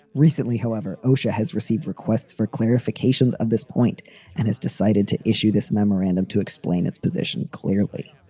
recently, however, osha has received requests for clarification of this point and has decided to issue this memorandum to explain its position. clearly